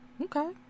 okay